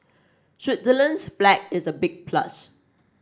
Switzerland's flag is a big plus